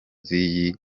z’iyi